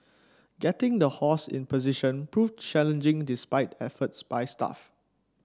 getting the horse in position proved challenging despite efforts by staff